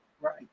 Right